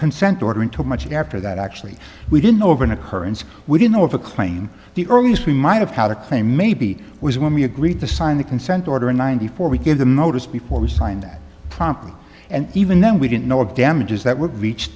consent order into much after that actually we didn't over an occurrence we didn't know if a claim the earliest we might have had a claim maybe was when we agreed to sign the consent order in ninety four we give them notice before we sign that promptly and even then we didn't know of damages that would reach